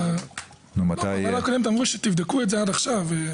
בוועדה הקודמת אמרתם שתבדקו את זה עד עכשיו.